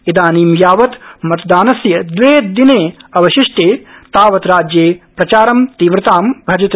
इदानीं यावत् मतदानस्य द्वे दिने अवशिष्टे तावत् राज्ये प्रचारं तीव्रतां भजते